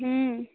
हूँ